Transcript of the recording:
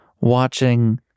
watching